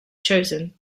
chosen